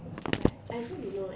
I also don't know eh